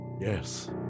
yes